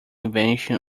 invention